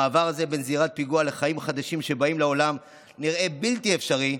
המעבר הזה בין זירת פיגוע לחיים חדשים שבאים לעולם נראה בלתי אפשרי,